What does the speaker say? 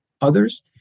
others